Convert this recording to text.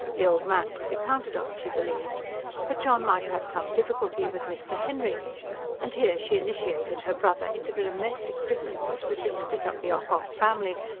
the old man could be counted on, she believed but john might have some difficulty with mr. henry and here she initiated her brother into the domestic differences which had split up the ocock family,